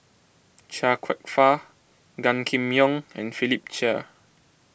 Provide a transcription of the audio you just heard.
Chia Kwek Fah Gan Kim Yong and Philip Chia